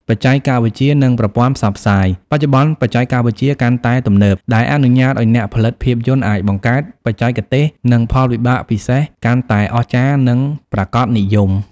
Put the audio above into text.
បច្ចេកវិទ្យា និងប្រព័ន្ធផ្សព្វផ្សាយ បច្ចុប្បន្នបច្ចេកវិទ្យាកាន់តែទំនើប ដែលអនុញ្ញាតឱ្យអ្នកផលិតភាពយន្តអាចបង្កើត បច្ចេកទេស និង ផលវិបាកពិសេសកាន់តែអស្ចារ្យនិងប្រាកដនិយម។